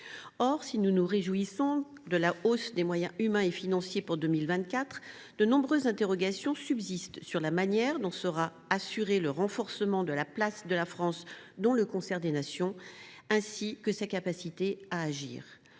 Or, si nous nous réjouissons de la hausse des moyens humains et financiers pour 2024, de nombreuses interrogations subsistent sur la manière dont sera assuré le renforcement de la place de la France dans le concert des nations, ainsi que sa capacité à agir.